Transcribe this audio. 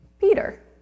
Peter